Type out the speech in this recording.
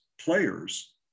players